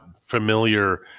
familiar